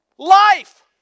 Life